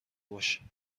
باش